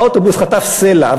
האוטובוס חטף סלע.